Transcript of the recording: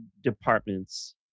departments